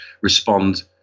respond